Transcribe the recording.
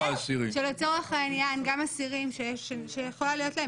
כשלצורך העניין גם אסירים שיכולה להיות להם